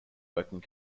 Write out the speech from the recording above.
working